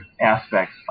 aspects